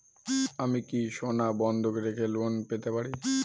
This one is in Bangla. আমি কি সোনা বন্ধক রেখে লোন পেতে পারি?